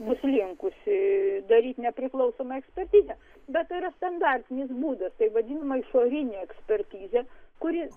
bus linkusi daryt nepriklausomą ekspertizę bet yra standartinis būdas tai vadinama išorine ekspertize kuri